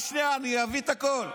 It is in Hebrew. רק שנייה, אני אביא את הכול.